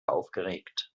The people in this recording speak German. aufgeregt